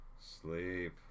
Sleep